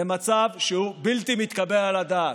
זה מצב שהוא בלתי מתקבל על הדעת.